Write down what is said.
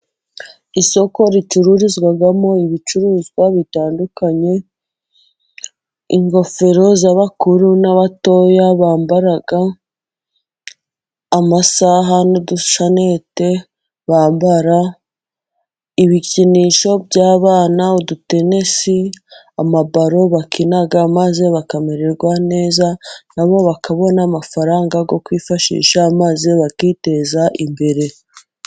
Isoko ricururizwamo ibicuruzwa bitandukanye : ingofero z'abakuru n'abatoya bambara, amasaha n'udushenete bambara, ibikinisho by'abana, udutenesi, amabalo bakina maze bakamererwa neza. Na bo bakabona amafaranga yo kwifashisha maze bakiteza imbere.